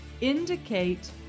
indicate